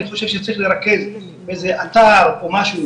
חושב שצריך לרכז באיזה אתר או משהו,